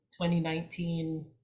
2019